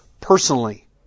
personally